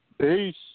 Peace